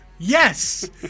Yes